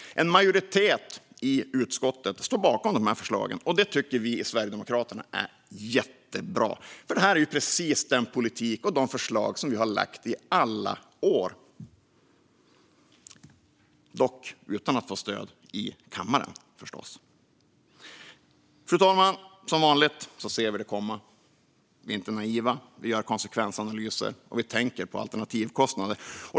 En majoritet i utskottet står bakom förslagen. Det tycker vi i Sverigedemokraterna är jättebra; det är precis den politik och de förslag som vi har lagt fram i alla år, dock utan att få stöd för dem i kammaren förstås. Fru talman! Som vanligt ser vi det komma. Vi är inte naiva. Vi gör konsekvensanalyser och tänker på alternativkostnader.